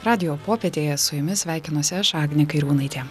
radijo popietėje su jumis sveikinuosi aš agnė kairiūnaitė